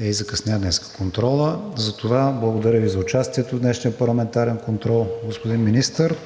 Закъсня днес контролът. Затова благодаря Ви за участието в днешния парламентарен контрол, господин Министър.